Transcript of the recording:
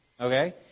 okay